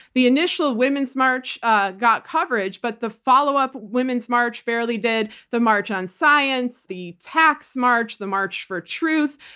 the initial women's march ah got coverage, but the followup women's march barely did. the march for science, the tax march, the march for truth,